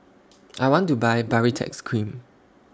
I want to Buy Baritex Cream